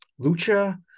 Lucha